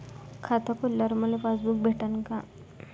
खातं खोलल्यावर मले पासबुक भेटन का?